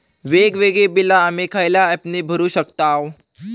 वेगवेगळी बिला आम्ही खयल्या ऍपने भरू शकताव?